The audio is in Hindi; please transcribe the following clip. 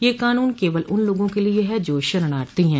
यह कानून केवल उन लोगों के लिए है जो शरणार्थी हैं